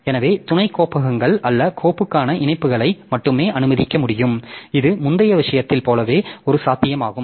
எனவே துணை கோப்பகங்கள் அல்ல கோப்புக்கான இணைப்புகளை மட்டுமே அனுமதிக்க முடியும் இது முந்தைய விஷயத்தைப் போலவே ஒரு சாத்தியமாகும்